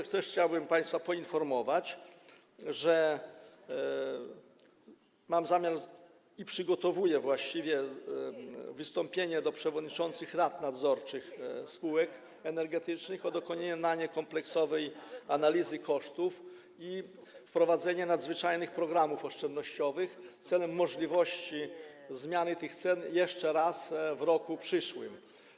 Chciałbym państwa też poinformować, że mam taki zamiar, właściwie przygotowuję wystąpienie do przewodniczących rad nadzorczych spółek energetycznych o dokonanie kompleksowej analizy kosztów i wprowadzenie nadzwyczajnych programów oszczędnościowych w celu możliwości zmiany tych cen jeszcze raz w roku przyszłym.